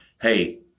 hey